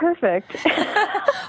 perfect